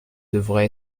devait